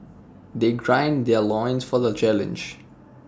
they gran their loins for the challenge